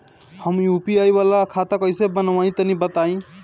हम यू.पी.आई वाला खाता कइसे बनवाई तनि बताई?